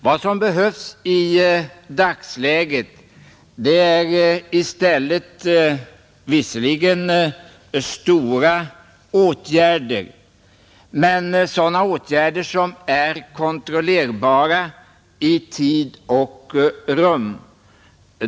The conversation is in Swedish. Vad som behövs i dagsläget är visserligen omfattande åtgärder men sådana åtgärder som är kontrollerbara i tid och rum.